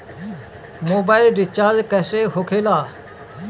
Mobile recharge कैसे होखे ला?